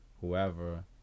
whoever